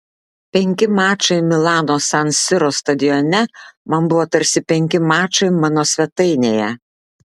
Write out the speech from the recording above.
penki mačai milano san siro stadione man buvo tarsi penki mačai mano svetainėje